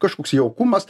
kažkoks jaukumas